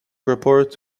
report